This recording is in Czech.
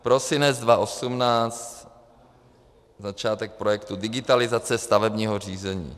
Prosinec 2018, začátek projektu digitalizace stavebního řízení.